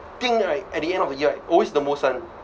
think right at the end of the year right always the most [one]